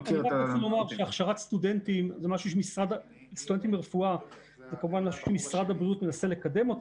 הכשרת סטודנטים לרפואה זה משהו שמשרד הבריאות מנסה לקדם.